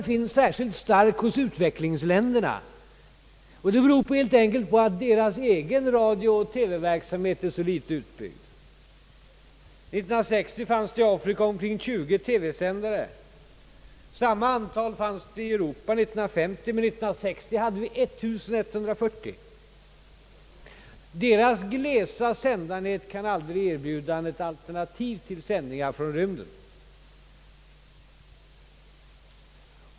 Rädslan är särskilt stark i utvecklingsländerna, och det beror helt enkelt på att deras egen TV och radioverksamhet är så litet utbyggd. År 1950 fanns i Afrika ungefär 20 TV-sändare. Samma antal fanns i Europa 1950, men 1960 hade antalet ökat till 1140. Så länge u-ländernas sändarnät är så glest kan det aldrig erbjuda ett alternativ till sändningar från rymden.